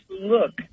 look